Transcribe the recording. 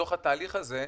בתוך התהליכים האלה,